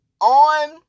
on